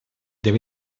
deve